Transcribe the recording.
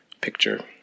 picture